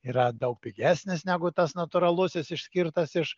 yra daug pigesnis negu tas natūralusis išskirtas iš